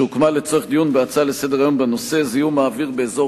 שהוקמה לצורך דיון בהצעות לסדר-היום בנושא: זיהום האוויר באזור